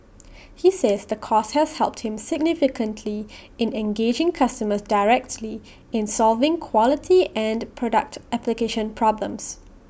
he says the course has helped him significantly in engaging customers directly in solving quality and product application problems